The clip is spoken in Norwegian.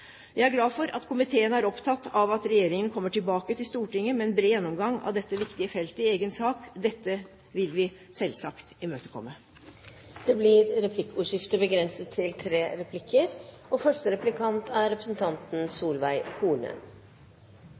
Jeg er glad for at komiteen er opptatt av at regjeringen kommer tilbake til Stortinget med en bred gjennomgang av dette viktige feltet i en egen sak. Dette vil vi selvsagt imøtekomme. Det blir replikkordskifte. Det var mange fine ord fra statsråden, men mens vi står her og debatterer, vet vi at det er